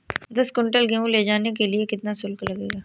दस कुंटल गेहूँ ले जाने के लिए कितना शुल्क लगेगा?